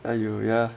!aiyo! ya